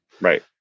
Right